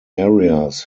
areas